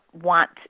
want